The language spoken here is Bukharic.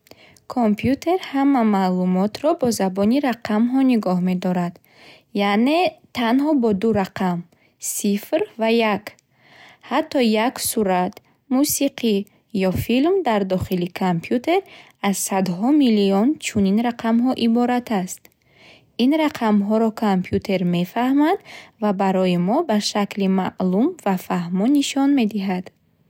Компютер ҳама маълумотро бо забони рақамҳо нигоҳ медорад. Яъне танҳо бо ду рақам сифр ва як. Ҳатто як сурат, мусиқӣ ё филм дар дохили компютер аз садҳо миллион чунин рақамҳо иборат аст. Ин рақамҳоро компютер мефаҳмад ва барои мо ба шакли маълум ва фаҳмо нишон медиҳад.